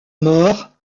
mort